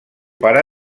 pare